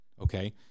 okay